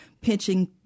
pitching